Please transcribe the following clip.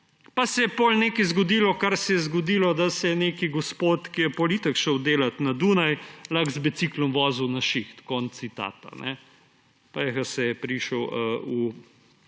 Pa se je potem nekaj zgodilo, kar se je zgodilo, da se je nek gospod, ki je potem itak šel delat na Dunaj, lahko z biciklom vozil na šiht. Konec citata. Pa je prišel v Ljubljano.